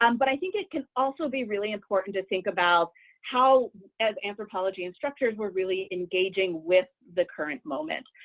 um but i think it can also be really important to think about how as anthropology instructors, we're really engaging with the current moment.